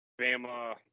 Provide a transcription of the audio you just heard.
Bama